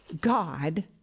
God